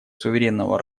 суверенного